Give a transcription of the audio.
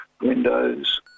windows